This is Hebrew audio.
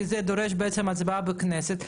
כי זה דורש הצבעה בכנסת,